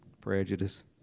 Prejudice